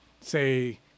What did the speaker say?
say